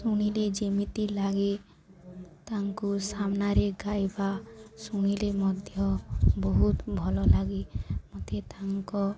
ଶୁଣିଲେ ଯେମିତି ଲାଗେ ତାଙ୍କୁ ସାମ୍ନାରେ ଗାଇବା ଶୁଣିଲେ ମଧ୍ୟ ବହୁତ ଭଲ ଲାଗେ ମୋତେ ତାଙ୍କ